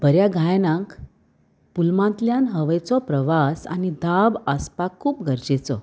बऱ्या गायनांक पुलमांतल्यान हवेचो प्रवास आनी धाब आसपाक खूब गरजेचो